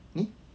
ni